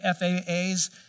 FAAs